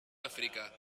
áfrica